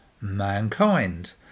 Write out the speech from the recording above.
mankind